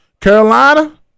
Carolina